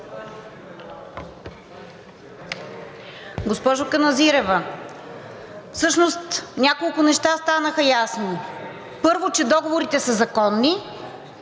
Госпожо Каназирева, всъщност няколко неща станаха ясни. Първо, че договорите са законни.